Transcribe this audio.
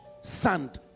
sand